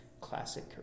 classic